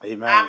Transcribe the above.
Amen